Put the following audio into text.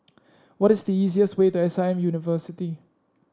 what is the easiest way to S I M University